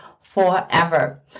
forever